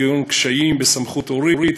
כגון קשיים בסמכות הורית,